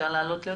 היא לא מגיבה.